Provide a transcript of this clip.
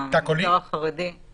למגזר החרדי --- תא קולי?